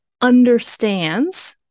understands